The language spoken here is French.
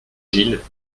gilles